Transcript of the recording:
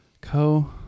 Co